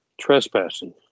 trespassing